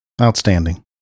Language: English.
Outstanding